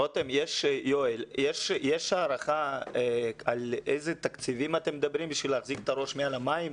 יש הערכה על איזה תקציבים אתם מדברים בשביל להחזיק את הראש מעל המים?